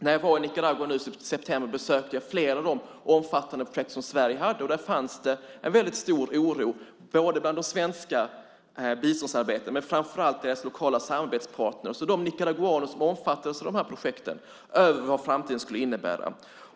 När jag var i Nicaragua nu i september besökte jag flera av de omfattande projekt som Sverige har, och det fanns en stor oro bland de svenska biståndsarbetarna men framför allt bland deras lokala samarbetspartner och de nicaraguaner som omfattas av de här projekten över vad framtiden kan innebära.